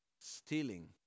stealing